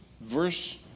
verse